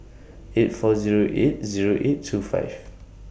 eight four Zero eight Zero eight two five